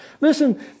Listen